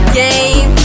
game